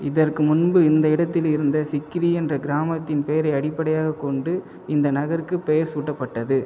இதற்கு முன்பு இந்த இடத்தில் இருந்த சிக்ரி என்ற கிராமத்தின் பெயரை அடிப்படையாகக் கொண்டு இந்த நகருக்குப் பெயர் சூட்டப்பட்டது